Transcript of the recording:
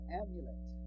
amulet